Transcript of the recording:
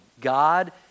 God